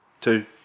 two